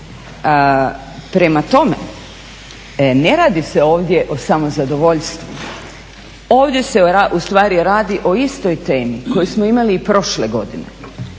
Prema tome, ne radi se ovdje o samozadovoljstvu, ovdje se ustvari radi o istoj temi koju smo imali i prošle godine